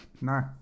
No